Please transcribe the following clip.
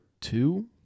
two